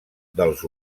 dels